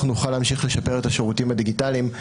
נוכל להמשיך לשפר את השירותים הדיגיטליים,